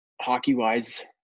hockey-wise